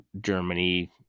Germany